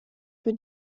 für